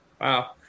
Wow